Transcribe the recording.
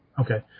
Okay